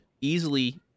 easily